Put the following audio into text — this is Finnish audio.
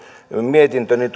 mietintö